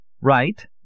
Right